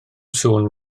sŵn